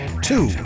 two